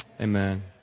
Amen